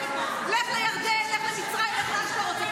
לך לירדן, לך למצרים, לך לאן שאתה רוצה.